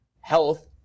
health